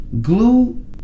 Glue